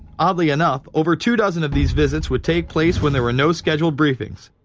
oddly enough, over two dozen of these visits. would take place when there were no scheduled briefings.